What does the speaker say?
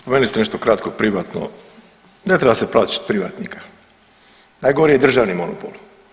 Spomenuli ste nešto kratko privatno, ne treba se plašiti privatnika, najgori je državni monopol.